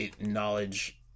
knowledge